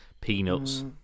peanuts